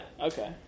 okay